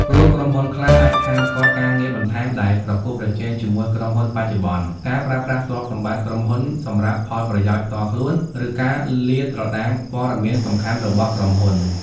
ព្រោះ ក្រុមហ៊ុនខ្លះអាចហាមឃាត់ការងារបន្ថែមដែលប្រកួតប្រជែងជាមួយក្រុមហ៊ុនបច្ចុប្បន្ន ការប្រើប្រាស់ទ្រព្យសម្បត្តិក្រុមហ៊ុនសម្រាប់ផលប្រយោជន៍ផ្ទាល់ខ្លួន ឬការលាតត្រដាងព័ត៌មានសំខាន់របស់ក្រុមហ៊ុន។